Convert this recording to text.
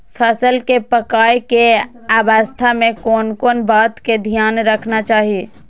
फसल के पाकैय के अवस्था में कोन कोन बात के ध्यान रखना चाही?